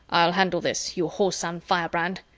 i'll handle this, you whoreson firebrand,